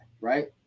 right